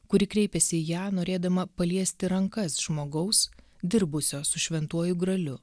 kuri kreipėsi į ją norėdama paliesti rankas žmogaus dirbusio su šventuoju graliu